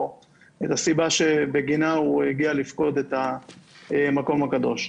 או את הסיבה שבגינה הוא הגיע לפקוד את המקום הקדוש.